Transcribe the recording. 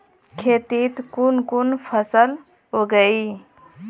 खेतीत कुन कुन फसल उगेई?